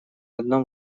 одном